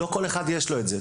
לא כל אחד יש לו את זה.